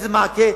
איזה מעקה,